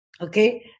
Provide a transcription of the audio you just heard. Okay